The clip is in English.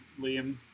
Liam